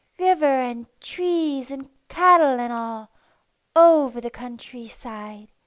river and trees and cattle and all over the countryside